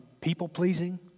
people-pleasing